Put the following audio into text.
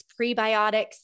prebiotics